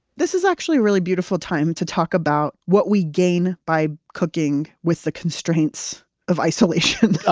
this is actually a really beautiful time to talk about what we gain by cooking with the constraints of isolation.